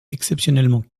exceptionnellement